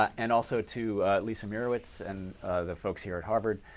and also to lisa mirowitz and the folks here at harvard.